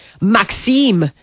Maxime